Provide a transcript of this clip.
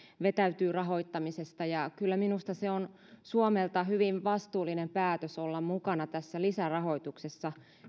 vetäytyy rahoittamisesta ja kyllä minusta on suomelta hyvin vastuullinen päätös olla mukana tässä lisärahoituksessa